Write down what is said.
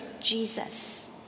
Jesus